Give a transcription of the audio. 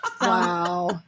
Wow